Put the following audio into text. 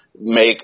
make